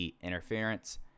interference